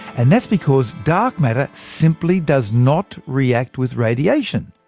and that's because dark matter simply does not react with radiation,